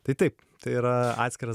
tai taip tai yra atskiras